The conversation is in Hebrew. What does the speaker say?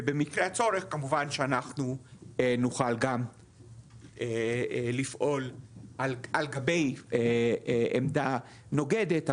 ובמקרה הצורך כמובן שאנחנו נוכל גם לפעול על גבי עמדה נוגדת,